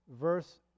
Verse